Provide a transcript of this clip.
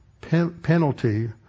penalty